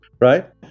right